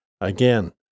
Again